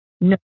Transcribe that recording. No